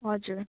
हजुर